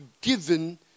given